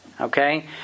Okay